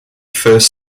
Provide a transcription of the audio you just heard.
first